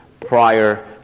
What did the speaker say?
prior